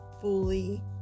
fully